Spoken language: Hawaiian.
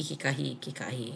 i kekahi i kekahi.